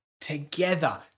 together